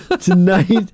Tonight